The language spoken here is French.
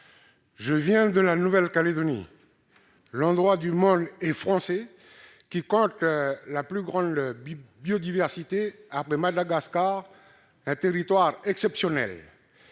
Je viens de Nouvelle-Calédonie : l'endroit du monde qui compte la plus grande biodiversité, après Madagascar ; un territoire exceptionnel.